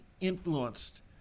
influenced